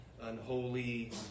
unholy